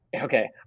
Okay